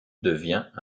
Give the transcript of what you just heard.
devient